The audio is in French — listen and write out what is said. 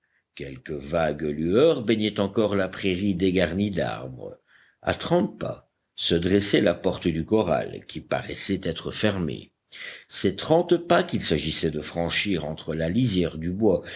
quelques vagues lueurs baignaient encore la prairie dégarnie d'arbres à trente pas se dressait la porte du corral qui paraissait être fermée ces trente pas qu'il s'agissait de franchir entre la lisière du bois